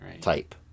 type